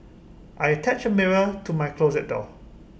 I attached A mirror to my closet door